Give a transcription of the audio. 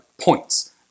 points